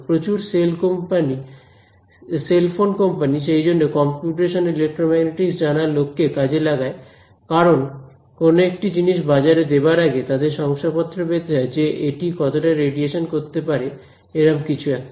প্রচুর cell phone company সেইজন্যে computational electromagnetics জানা লোককে কাজে লাগায় কারণ কোন একটি জিনিস বাজারে দেবার আগে তাদের শংসাপত্র পেতে হয় যে এটি এতটা রেডিয়েশন করতে পারে এরম কিছু একটা